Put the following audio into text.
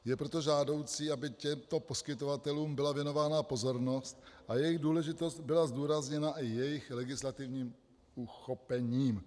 Je proto žádoucí, aby těmto poskytovatelům byla věnována pozornost a jejich důležitost byla zdůrazněna i jejich legislativním uchopením.